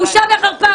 בושה וחרפה.